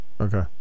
Okay